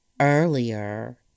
earlier